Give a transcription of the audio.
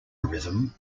rhythm